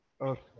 Okay